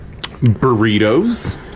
burritos